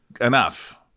enough